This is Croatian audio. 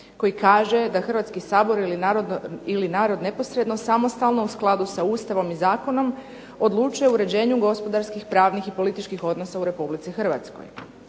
koji kaže da Hrvatski sabor ili narod neposredno, samostalno u skladu sa Ustavom i zakonom odlučuje o uređenju gospodarskih, pravnih i političkih odnosa u Republici Hrvatskoj.